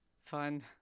fun